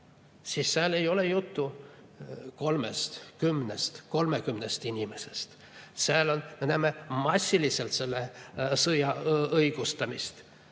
siis seal ei ole juttu kolmest, kümnest, kolmekümnest inimesest. Seal me näeme massiliselt selle sõja õigustamist